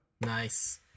Nice